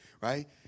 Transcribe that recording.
right